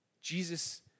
Jesus